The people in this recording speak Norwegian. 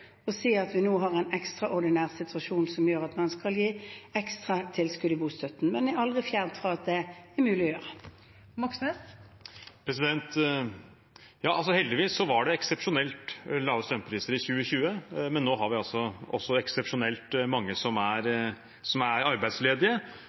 at vi nå har en ekstraordinær situasjon som gjør at man skal gi ekstra tilskudd til bostøtten. Men jeg er aldri fjernt fra at det er mulig å gjøre. Ja, heldigvis var det eksepsjonelt lave strømpriser i 2020, men nå har vi altså eksepsjonelt mange som er